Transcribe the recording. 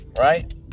Right